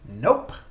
Nope